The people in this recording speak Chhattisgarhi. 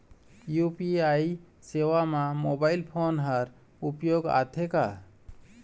यू.पी.आई सेवा म मोबाइल फोन हर उपयोग आथे का?